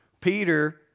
Peter